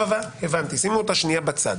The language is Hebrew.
שימו אותה שנייה בצד.